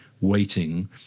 waiting